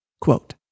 Quote